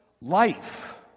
life